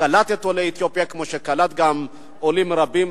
קלט את עולי אתיופיה, כמו שקלט גם עולים רבים.